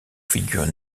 figure